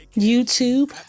YouTube